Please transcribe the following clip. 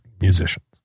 musicians